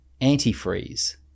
antifreeze